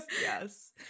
Yes